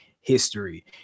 history